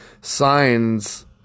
signs